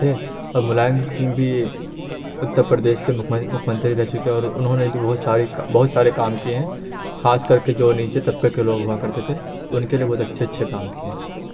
تھے اب ملائم سنگھ بھی اتر پردیش کے مکھ مکھ منتری رہ چکے اور انہوں نے بھی بہت ساری بہت سارے کام کئے ہیں خاص کر کے جو نیچے طبقے کے لوگ ہوا کرتے تھے ان کے لیے بہت اچھے اچھے کام کئے ہیں